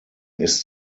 ist